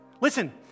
listen